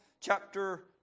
chapter